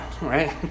Right